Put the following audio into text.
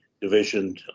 division